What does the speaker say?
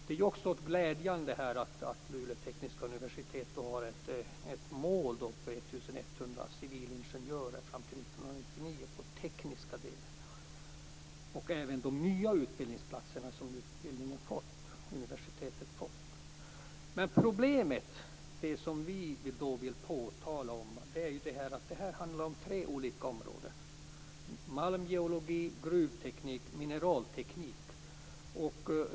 Det är också glädjande att Luleå tekniska universitet har fått ett mål avseende Det problem som vi vill påtala är dock att det här handlar om tre olika områden: malmgeologi, gruvteknik och mineralteknik.